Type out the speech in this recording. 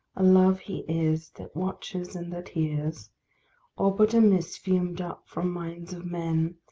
love he is that watches and that hears, or but a mist fumed up from minds of men,